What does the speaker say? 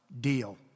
deal